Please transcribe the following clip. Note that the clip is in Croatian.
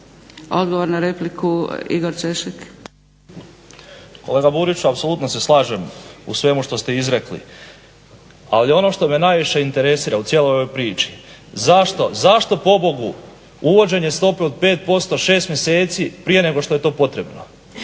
Češek. **Češek, Igor (HDSSB)** Kolega Buriću apsolutno se slažem u svemu što ste izrekli, ali ono što me najviše interesira u cijeloj ovoj priči zašto, zašto pobogu uvođenje stope od 5% šest mjeseci prije nego što je to potrebno?